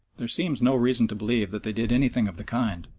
there seems no reason to believe that they did anything of the kind,